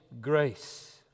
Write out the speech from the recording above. grace